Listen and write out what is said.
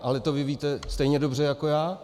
Ale to vy víte stejně dobře jako já.